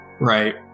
Right